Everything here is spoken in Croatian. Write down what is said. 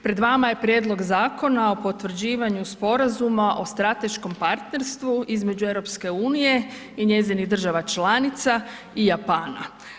Pred vama je Prijedlog Zakona o potvrđivanju sporazuma o strateškom partnerstvu između Europske unije i njezinih država članica i Japana.